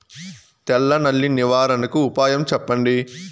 తెల్ల నల్లి నివారణకు ఉపాయం చెప్పండి?